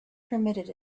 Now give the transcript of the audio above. permitted